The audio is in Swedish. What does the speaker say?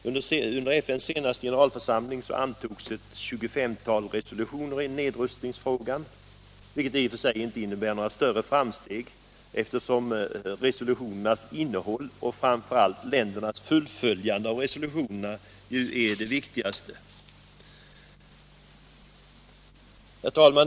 Under FN:s senaste generalförsamling antogs ett tjugofemtal resolutioner i nedrustningsfrågan, vilket i och för sig inte innebär några större framsteg i nedrustningsfrågan, eftersom resolutionernas innehåll och framför allt ländernas fullföljande av resolutionerna är det viktigaste. Herr talman!